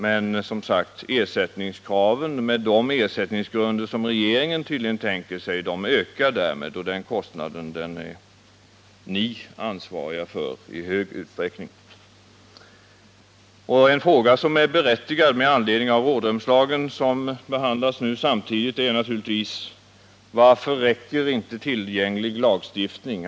Men, som sagt, med de ersättningsgrunder som regeringen tydligen tänker sig ökar ersättningskraven, och den kostnaden är ni ansvariga för i hög grad. En fråga som är berättigad med anledning av rådrumslagen, som nu också behandlas, är följande: Varför räcker inte tillgänglig lagstiftning?